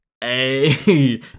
Hey